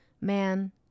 Man